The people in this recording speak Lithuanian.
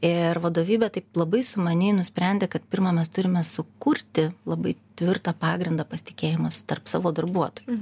ir vadovybė taip labai sumaniai nusprendė kad pirma mes turime sukurti labai tvirtą pagrindą pasitikėjimo su tarp savo darbuotojų